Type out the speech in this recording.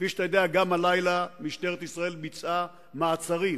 כפי שאתה יודע, גם הלילה משטרת ישראל ביצעה מעצרים